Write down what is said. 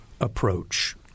approach